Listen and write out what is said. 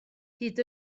hyd